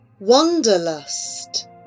Wanderlust